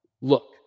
Look